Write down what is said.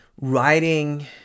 writing